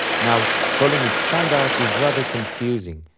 now, calling it standard is rather confusing,